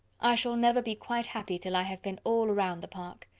i shall never be quite happy till i have been all round the park.